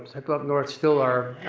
like ah up north still are,